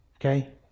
Okay